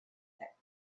act